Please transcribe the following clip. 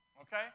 Okay